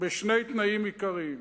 בשני תנאים עיקריים.